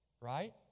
right